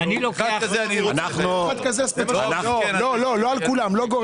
לא על כולם; לא גורף.